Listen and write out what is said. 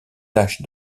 tâches